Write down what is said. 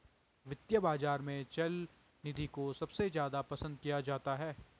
वित्तीय बाजार में चल निधि को सबसे ज्यादा पसन्द किया जाता है